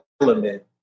element